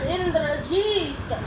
Indrajit